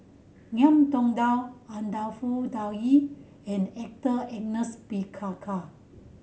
Ngiam Tong Dow Anwarul and Arthur Ernest